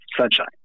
Sunshine